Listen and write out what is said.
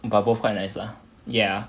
but both quite nice lah ya